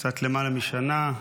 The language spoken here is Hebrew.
קצת למעלה משנה,